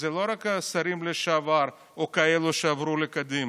זה לא רק השרים לשעבר או כאלה שעברו לקדימה.